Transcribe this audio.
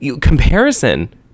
comparison